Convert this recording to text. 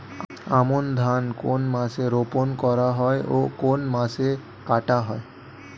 আমন ধান কোন মাসে বপন করা হয় ও কোন মাসে কাটা হয়?